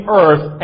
earth